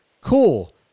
cool